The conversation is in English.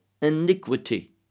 iniquity